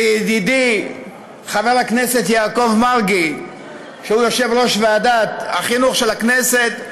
ידידי חבר הכנסת יעקב מרגי הוא יושב-ראש ועדת החינוך של הכנסת,